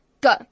go